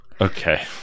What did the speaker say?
Okay